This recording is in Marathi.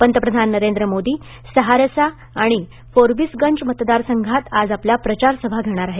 पंतप्रधान नरेंद्र मोदी सहारसा आणि फोरबीसगंज मतदार संघात आज आपल्या प्रचारसभा घेणार आहेत